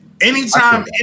Anytime